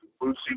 Lucy